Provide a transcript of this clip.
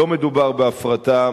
לא מדובר בהפרטה,